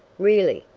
really,